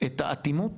את האטימות